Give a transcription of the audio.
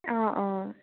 অ অ